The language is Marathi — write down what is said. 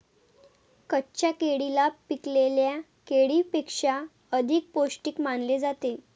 कच्च्या केळीला पिकलेल्या केळीपेक्षा अधिक पोस्टिक मानले जाते